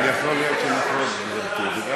כן, יכול להיות שנחרוג, גברתי.